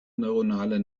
neuronale